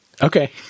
Okay